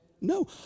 No